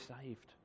saved